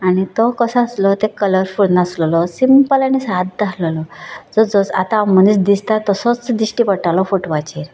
आनी तो कसो आसलो ते कलरफूल नासलोलो सिंपल आनी सादो आसलोलो जो जसो आता मनीस दिसता तसोच दिश्टी पडटालो फोटवाचेर